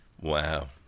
Wow